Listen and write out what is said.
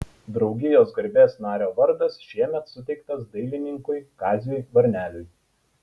draugijos garbės nario vardas šiemet suteiktas dailininkui kaziui varneliui